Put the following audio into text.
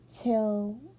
till